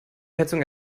heizung